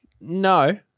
No